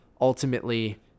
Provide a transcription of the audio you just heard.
ultimately